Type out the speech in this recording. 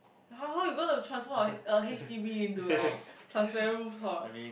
how how you going to transform a a H_D_B into like transparent rooftop